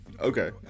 Okay